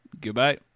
goodbye